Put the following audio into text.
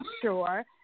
sure